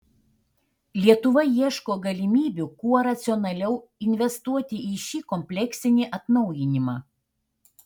lietuva ieško galimybių kuo racionaliau investuoti į šį kompleksinį atnaujinimą